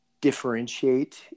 differentiate